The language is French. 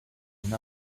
une